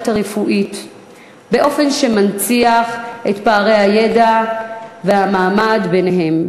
הרפואית באופן שמנציח את פערי הידע והמעמד ביניהם,